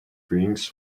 things